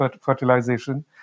fertilization